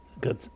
Good